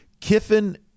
Kiffin